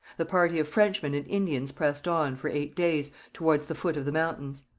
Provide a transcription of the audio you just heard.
the party of frenchmen and indians pressed on, for eight days, towards the foot of the mountains.